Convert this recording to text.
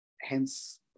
Hence